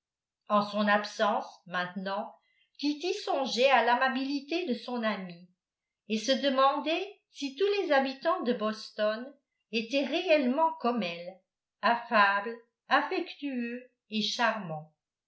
en son absence maintenant kitty songeait à l'amabilité de son amie et se demandait si tous les habitants de boston étaient réellement comme elle affables affectueux et charmants